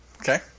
Okay